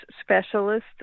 specialist